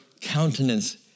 countenance